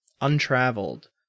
Untraveled